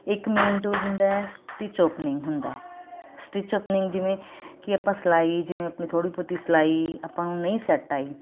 ਇੱਕ main tool ਹੁੰਦਾ stitch opening ਹੁੰਦਾ ਸਟਿੱਚ ਓਪਨਿੰਗ ਜਿਵੇਂ ਕੀ ਆਪਾਂ ਸਿਲਾਈ ਜਿਵੇਂ ਆਪਣੀ ਥੋੜੀ ਬਹੁਤੀ ਸਲਾਈ ਆਪਾਂ ਨੂੰ ਨਹੀਂ ਸੈੱਟ ਆਈ